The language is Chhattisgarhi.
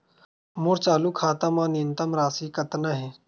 मोर चालू खाता मा न्यूनतम राशि कतना हे?